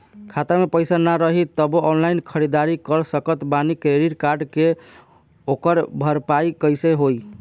खाता में पैसा ना रही तबों ऑनलाइन ख़रीदारी कर सकत बानी क्रेडिट कार्ड से ओकर भरपाई कइसे होई?